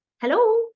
hello